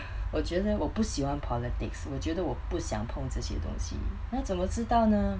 我觉得我不喜欢 politics 我觉得我不想碰这些东西那怎么知道呢